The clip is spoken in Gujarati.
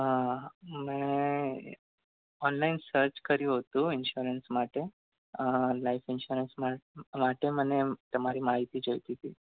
હા મેં ઓનલાઇન સર્ચ કર્યું હતું ઇન્સ્યોરન્સ માટે લાઇફ ઇન્સ્યોરન્સ માટે મને તમારી માહિતી જોઈતી હતી